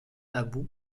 abu